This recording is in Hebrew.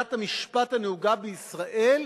לתפיסת המשפט הנהוגה בישראל,